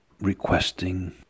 requesting